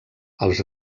els